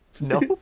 No